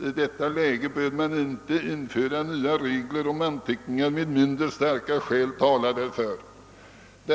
I detta läge bör man inte införa nya regler om anteckningar med mindre starka skäl talar därför.